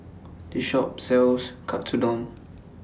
This Shop sells Katsudon